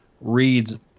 reads